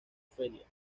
feria